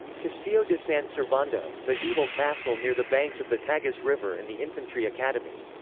castillo de san servando, medieval castle near the banks of the tagus river and the infantry academy.